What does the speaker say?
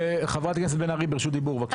חברת הכנסת בן ארי ברשות דיבור, בבקשה.